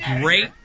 great